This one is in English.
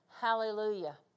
hallelujah